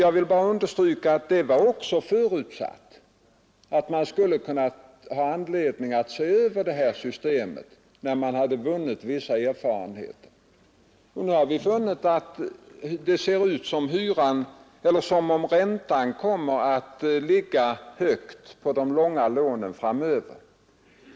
Jag vill bara understryka att det också var förutsatt att man skulle kunna ha anledning att se över det här systemet när man hade vunnit vissa erfarenheter. Nu har vi funnit att det ser ut som om räntan kommer att ligga högt på de långa lånen framöver.